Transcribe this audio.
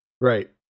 Right